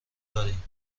داریم